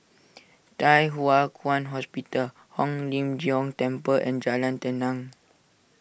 Thye Hua Kwan Hospital Hong Lim Jiong Temple and Jalan Tenang